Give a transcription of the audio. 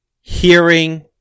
hearing